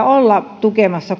olla tukemassa